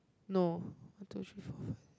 no I don't